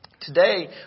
Today